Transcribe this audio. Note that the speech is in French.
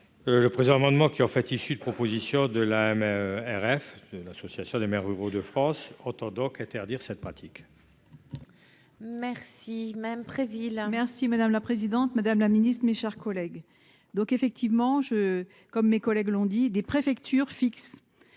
le présent amendement qui en fait issus de propositions de la RS, l'association des maires ruraux de France autant donc interdire cette pratique. Merci même Préville inverse. Si madame la présidente, Madame la Ministre, mes chers collègues, donc effectivement je comme mes collègues l'ont dit des préfectures fixe